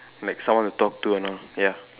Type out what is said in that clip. like someone to talk to and all ya